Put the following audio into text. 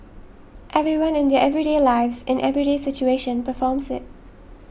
everyone in their everyday lives in everyday situation performs it